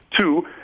Two